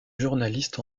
journaliste